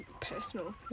personal